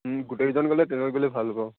গোটেইকেইজন গ'লে তেনেকৈ গ'লে ভাল হ'ব